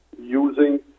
Using